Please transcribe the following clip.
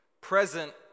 present